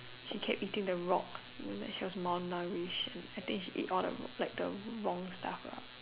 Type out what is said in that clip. she kept eating the rocks I mean like she was malnourished I think she eat all the rock like the wrong stuff lah